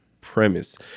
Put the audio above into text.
premise